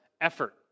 effort